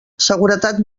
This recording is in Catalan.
seguretat